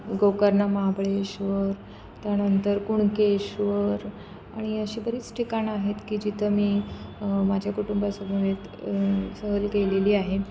गोकर्ण महाबळेश्वर त्यानंतर कुणकेश्वर आणि अशी बरीच ठिकाणं आहेत की जिथं मी माझ्या कुटुंबासमवेत सहल केलेली आहे